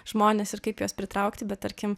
žmones ir kaip juos pritraukti bet tarkim